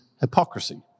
hypocrisy